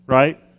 right